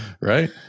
Right